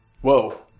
Whoa